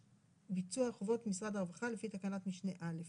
ביצוע חובות משרד הרווחה לפי תקנת משנה (א).